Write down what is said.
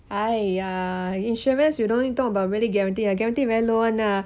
!aiya! insurance you don't need talk about really guarantee ah guarantee very low [one] lah